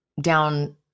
down